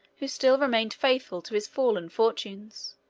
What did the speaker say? who still remained faithful to his fallen fortunes.